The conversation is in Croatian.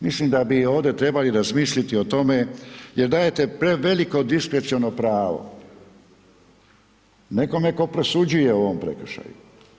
Mislim da bi ovdje trebali razmisliti o tome, jer dajete preveliko diskrecijalno pravo, nekome tko presuđuje o ovom prekršaju.